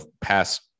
past